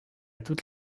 toutes